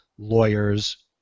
lawyers